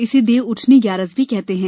इसे देवउठनी ग्यारस भी कहते हैं